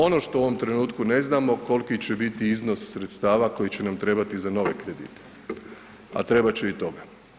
Ono što u ovom trenutku ne znamo koliko će biti iznos sredstava koji će nam trebati za nove kredite, a trebat će i toga.